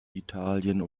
italien